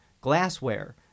glassware